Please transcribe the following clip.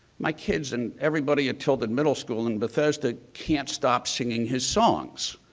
my kids and everybody at tilden middle school in bethesda can't stop singing his songs.